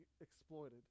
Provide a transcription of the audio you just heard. exploited